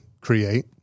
create